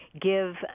give